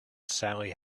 sally